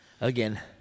Again